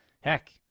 Heck